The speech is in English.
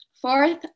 Fourth